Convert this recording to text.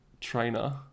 trainer